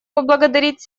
поблагодарить